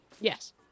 Yes